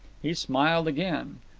he smiled again.